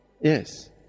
Yes